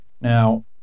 Now